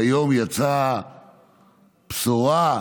והיום יצאה בשורה.